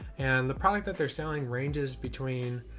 and the product that they're selling ranges between,